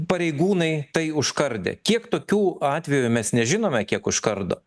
pareigūnai tai užkardė kiek tokių atvejų mes nežinome kiek užkardo